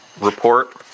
report